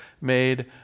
made